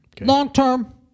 Long-term